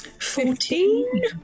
Fourteen